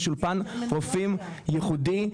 יש אולפן רופאים ייחודי,